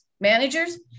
managers